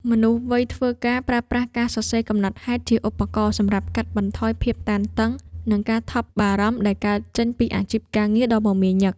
មនុស្សវ័យធ្វើការ ប្រើប្រាស់ការសរសេរកំណត់ហេតុជាឧបករណ៍សម្រាប់កាត់បន្ថយភាពតានតឹង និងការថប់បារម្ភដែលកើតចេញពីអាជីពការងារដ៏មមាញឹក។